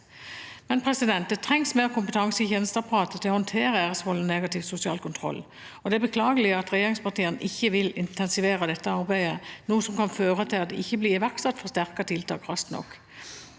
bedre kjent. Det trengs mer kompetanse i tjenesteapparatet til å håndtere æresvold og negativ sosial kontroll, og det er beklagelig at regjeringspartiene ikke vil intensivere dette arbeidet, noe som kan føre til at det ikke blir iverksatt forsterkede tiltak raskt nok.